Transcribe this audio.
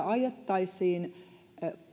ajettaisiin